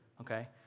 Okay